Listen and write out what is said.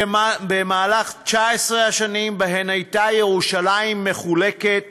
במהלך 19 השנים שבהן הייתה ירושלים מחולקת